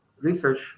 research